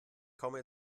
komme